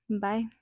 bye